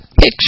picture